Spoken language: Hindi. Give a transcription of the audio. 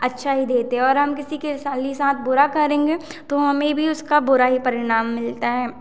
अच्छा ही देते हैं और हम किसी के साल ही साथ बुरा करेंगे तो हमें भी उसका बुरा ही परिणाम मिलता है